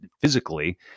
physically